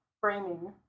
framing